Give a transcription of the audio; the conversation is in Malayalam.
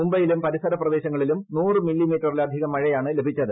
മുംബൈയിലും പരിസരപ്രദേശങ്ങളിലും നൂറ് മില്ലിമീറ്ററിലധികം മഴയാണ് ലഭിച്ചത്